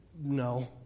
No